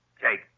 jake